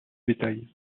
bétail